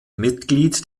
mitglied